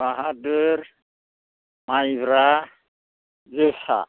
बाहादुर माइब्रा जोसा